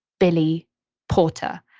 billy porter.